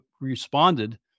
responded